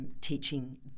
Teaching